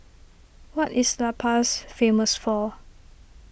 what is La Paz famous for